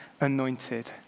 anointed